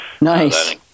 Nice